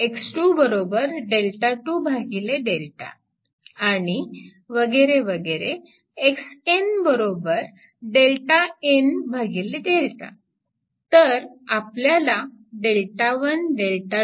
आणि वगैरे तर आपल्याला Δ1 Δ2